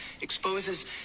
exposes